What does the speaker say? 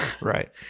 Right